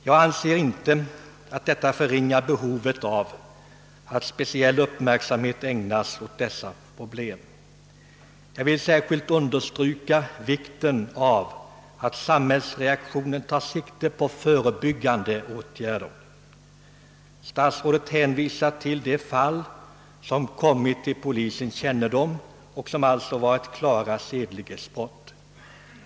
Jag anser inte att detta förringar behovet av att speciell uppmärksamhet ägnas åt dessa problem, Särskilt vill jag understryka vikten av att samhällsreaktionen tar sikte på förebyggande åtgärder, Statsrådet hänvisar till de fall, som kommit till polisens kännedom och som alltså varit klara sedlighetsbrott.